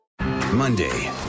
Monday